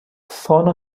some